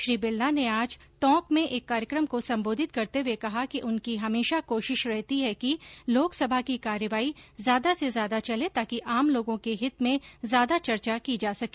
श्री बिरला ने आज टोंक में एक कार्यक्रम को संबोधित करते हये कहा कि उनकी हमेशा कोशिश रहती है कि लोकसभा की कार्यवाही ज्यादा से ज्यादा चले ताकि आम लोगों के हित में ज्यादा चर्चा की जा सके